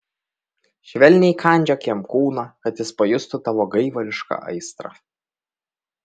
švelniai kandžiok jam kūną kad jis pajustų tavo gaivališką aistrą